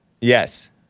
Yes